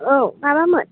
औ माबामोन